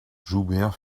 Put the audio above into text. joubert